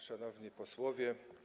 Szanowni Posłowie!